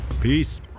Peace